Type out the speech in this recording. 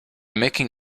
making